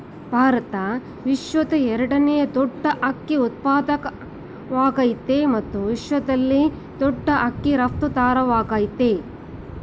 ಭಾರತ ವಿಶ್ವದ ಎರಡನೇ ದೊಡ್ ಅಕ್ಕಿ ಉತ್ಪಾದಕವಾಗಯ್ತೆ ಮತ್ತು ವಿಶ್ವದಲ್ಲೇ ದೊಡ್ ಅಕ್ಕಿ ರಫ್ತುದಾರವಾಗಯ್ತೆ